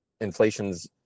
inflation's